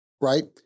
right